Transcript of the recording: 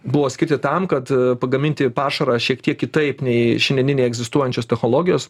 buvo skirti tam kad pagaminti pašarą šiek tiek kitaip nei šiandieniniai egzistuojančios technologijos